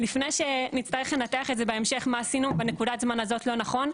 לפני שנצטרך לנתח בהמשך מה עשינו בנקודת הזמן הזאת לא נכון,